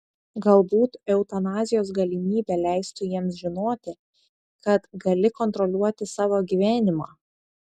galbūt eutanazijos galimybė leistų jiems žinoti kad gali kontroliuoti savo gyvenimą